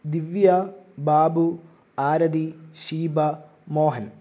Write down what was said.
Divya Babu Arathi Sheeba Mohan